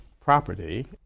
property